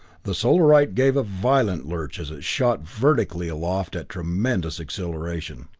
the solarite gave a violent lurch as it shot vertically aloft at tremendous acceleration.